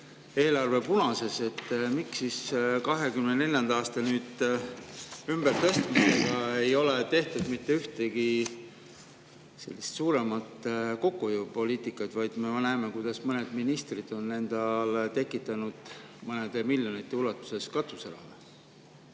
hetkel punases, miks siis 2024. aasta ümbertõstmisega ei ole tehtud mitte ühtegi suuremat kokkuhoidu, vaid me näeme, kuidas mõned ministrid on endale tekitanud mõnede miljonite ulatuses katuseraha?